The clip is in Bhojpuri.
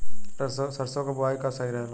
सरसों क बुवाई कब सही रहेला?